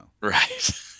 Right